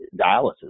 dialysis